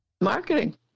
Marketing